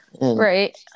right